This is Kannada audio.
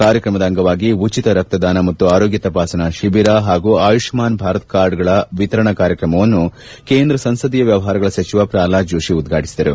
ಕಾರ್ಯಕ್ರಮದ ಅಂಗವಾಗಿ ಉಚಿತ ರಕ್ತದಾನ ಮತ್ತು ಆರೋಗ್ಯ ತಪಾಸಣಾ ಶಿಬಿರ ಹಾಗೂ ಆಯುಷ್ಠಾನ್ ಭಾರತ ಕಾರ್ಡ್ಗಳ ವಿತರಣಾ ಕಾರ್ಯಕ್ರಮವನ್ನು ಕೇಂದ್ರ ಸಂಸದೀಯ ವ್ಯವಹಾರಗಳ ಸಚಿವ ಪ್ರಕ್ಲಾದ್ ಜೋಷಿ ಉದ್ಘಾಟಿಸಿದರು